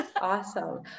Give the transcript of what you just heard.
Awesome